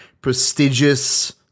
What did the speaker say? prestigious